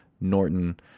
Norton